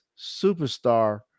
superstar